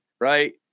right